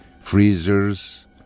freezers